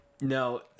No